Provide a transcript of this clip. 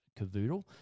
Cavoodle